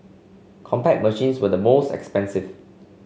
Compaq machines were the most expensive